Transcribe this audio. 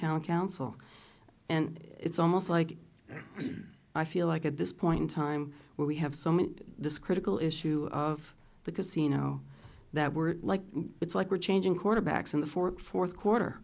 town council and it's almost like i feel like at this point in time where we have so many this critical issue of the casino that we're like it's like we're changing quarterbacks in the fourth